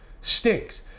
stinks